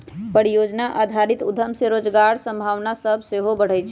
परिजोजना आधारित उद्यम से रोजगार के संभावना सभ सेहो बढ़इ छइ